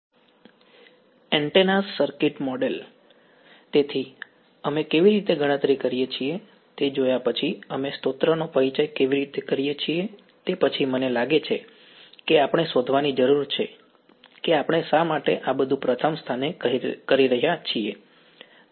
બરાબર તેથી અમે કેવી રીતે ગણતરી કરીએ છીએ તે જોયા પછી અમે સ્ત્રોતનો પરિચય કેવી રીતે કરીએ છીએ તે પછી મને લાગે છે કે આપણે શોધવાની જરૂર છે કે આપણે શા માટે આ બધું પ્રથમ સ્થાને કરી રહ્યા છીએ